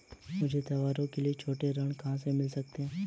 मुझे त्योहारों के लिए छोटे ऋण कहां से मिल सकते हैं?